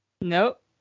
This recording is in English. Nope